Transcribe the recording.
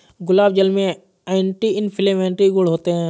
गुलाब जल में anti inflammatory गुण होते हैं